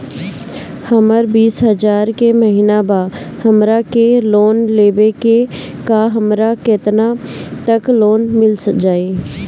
हमर बिस हजार के महिना बा हमरा के लोन लेबे के बा हमरा केतना तक लोन मिल जाई?